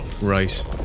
Right